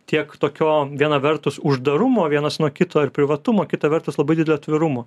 tiek tokiu viena vertus uždarumo vienas nuo kito ir privatumo kita vertus labai didelio atvirumo